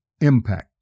impact